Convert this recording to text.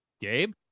Gabe